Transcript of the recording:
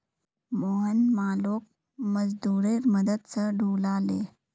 मोहन मालोक मजदूरेर मदद स ढूला ले